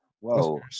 Whoa